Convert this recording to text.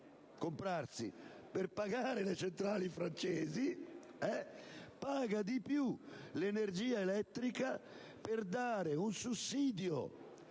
di più per pagare le centrali francesi, paga di più l'energia elettrica anche per dare un sussidio